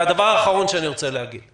והדבר האחרון שאני רוצה להגיד הוא